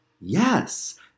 Yes